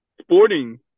sporting